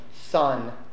Son